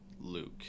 Luke